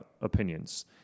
opinions